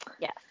Yes